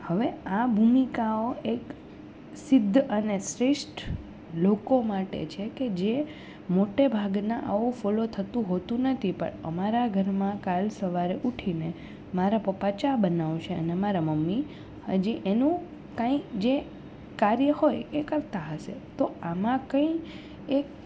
હવે આ ભૂમિકાઓ એક સિદ્ધ અને શ્રેષ્ઠ લોકો માટે છે કે જે મોટે ભાગના આવું ફોલો થતું હોતું નથી પણ અમારા ઘરમાં કાલ સવારે ઊઠીને મારા પપ્પા ચા બનાવશે અને મારા મમ્મી હજી એનું કંઈ જે કાર્ય હોય એ કરતાં હશે તો આમાં કંઈ એક